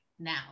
now